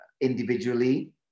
individually